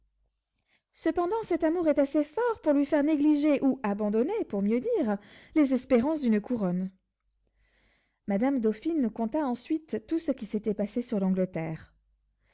cependant cet amour est assez fort pour lui faire négliger ou abandonner pour mieux dire les espérances d'une couronne madame la dauphine conta ensuite tout ce qui s'était passé sur l'angleterre